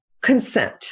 consent